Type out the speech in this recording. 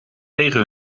tegen